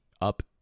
up